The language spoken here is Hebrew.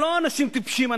הם לא אנשים טיפשים,